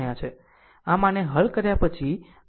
આમ આને હલ કર્યા પછી I1 7